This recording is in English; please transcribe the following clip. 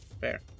Fair